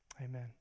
amen